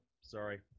sorry